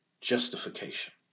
justification